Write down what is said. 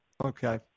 Okay